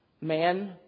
man